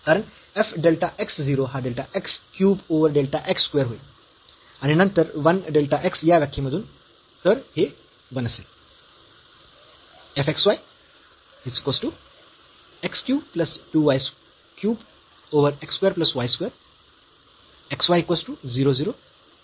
कारण f delta x 0 हा delta x cube over delta x square होईल आणि नंतर 1 डेल्टा x या व्याख्येमधून